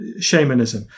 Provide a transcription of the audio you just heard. shamanism